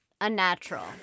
unnatural